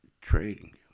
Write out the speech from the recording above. trading